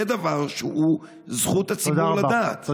זה דבר שזכות הציבור לדעת.